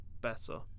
better